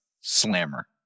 slammer